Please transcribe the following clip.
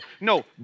no